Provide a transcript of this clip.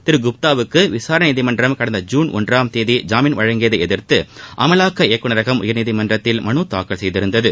திரு குப்தாவுக்கு விசாரணை நீதிமன்றம் கடந்த ஜுன் ஜாமின் வழங்கியதை எதிர்த்து அமலாக்க இயக்குனரகம் உயர்நீதிமன்றத்தில் மனு தாக்கல் செய்திருந்தது